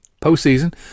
postseason